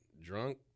drunk